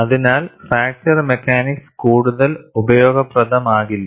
അതിനാൽ fracture mechanics കൂടുതൽ ഉപയോഗപ്രദമാകില്ല